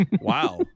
Wow